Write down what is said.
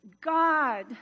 God